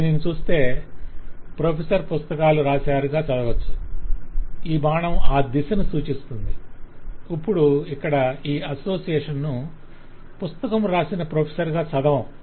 దీనిని చూస్తే 'ప్రొఫెసర్ పుస్తకాలు వ్రాసారు' గా చదవచ్చు ఈ బాణం ఆ దిశను సూచిస్తుంది ఇప్పుడు ఇక్కడ ఈ అసోసియేషన్ను 'పుస్తకం వ్రాసిన ప్రొఫెసర్' గా చదవం